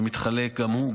שמתחלק גם הוא,